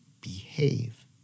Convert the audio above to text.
behave